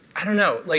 i don't know. like